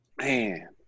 Man